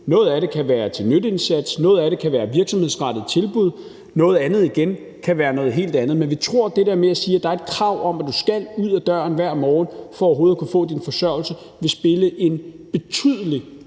noget af det kan være til nytteindsats, noget af det kan være til virksomhedsrettede tilbud, og noget kan igen være noget helt andet. Men vi tror, at det der med, at der er et krav om, at du skal ud ad døren hver morgen for overhovedet at få din forsørgelse, vil spille en betydelig